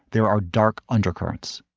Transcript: there are dark undercurrents